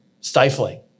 stifling